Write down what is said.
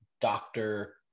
doctor